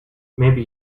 maybe